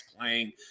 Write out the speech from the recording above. playing